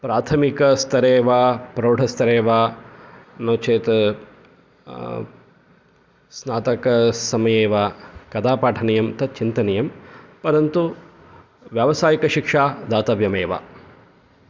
प्राथमिकस्तरे वा प्रौढस्तरे वा नोचेत् स्नातकसमये वा कदा पाठनीयं तत् चिन्तनीयं परन्तु व्यावसायिकशिक्षा दातव्यम् एव